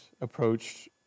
approached